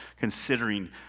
considering